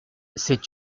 c’est